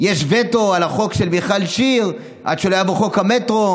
וטו על החוק של מיכל שיר עד שלא יבוא חוק המטרו.